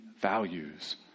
values